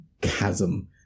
chasm